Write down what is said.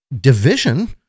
division